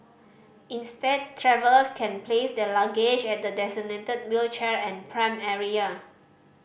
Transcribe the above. instead travellers can place their luggage at the designated wheelchair and pram area